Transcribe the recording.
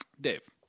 Dave